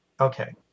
okay